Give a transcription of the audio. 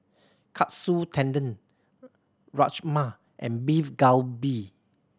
Katsu Tendon Rajma and Beef Galbi